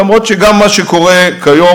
למרות שגם מה שקורה כיום,